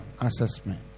assessment